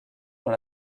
dans